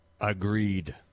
Agreed